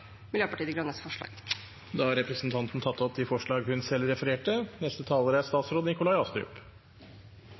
Miljøpartiet De Grønnes forslag. Representanten Une Bastholm har tatt opp de forslagene hun refererte til. Det er